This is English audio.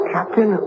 Captain